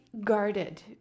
guarded